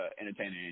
entertaining